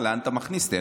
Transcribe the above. לאן אתה מכניס אותי,